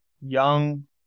young